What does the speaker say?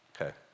okay